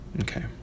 Okay